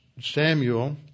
Samuel